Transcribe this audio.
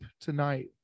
tonight